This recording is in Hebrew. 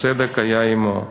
הצדק היה עמו.